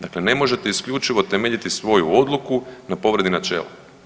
Dakle ne možete isključivo temeljiti svoju odluku na povredi načela.